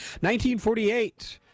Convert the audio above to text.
1948